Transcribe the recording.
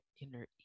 inner